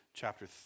chapter